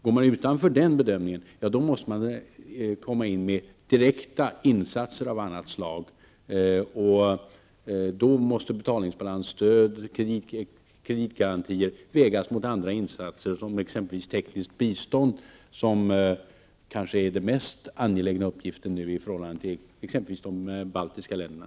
Går man utanför den bedömningen måste man gå in med direkta insatser av annat slag, och då måste betalningsbalansstöd och kreditgarantier vägas mot andra insatser som exempelvis tekniskt bistånd, som kanske är den mest angelägna uppgiften just nu i förhållande till exempelvis de baltiska länderna.